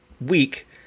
week